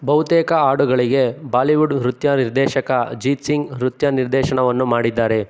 ಬಹುತೇಕ ಆಡುಗಳಿಗೆ ಬಾಲಿವುಡ್ ನೃತ್ಯ ನಿರ್ದೇಶಕ ಜೀತ್ ಸಿಂಗ್ ನೃತ್ಯ ನಿರ್ದೇಶನವನ್ನು ಮಾಡಿದ್ದಾರೆ